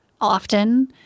often